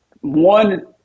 one